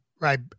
Right